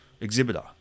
exhibitor